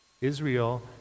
Israel